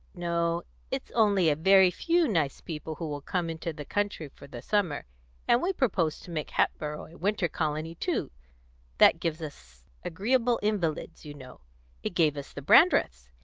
no it's only a very few nice people who will come into the country for the summer and we propose to make hatboro' a winter colony too that gives us agreeable invalids, you know it gave us the brandreths.